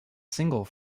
single